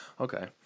Okay